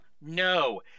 No